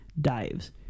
dives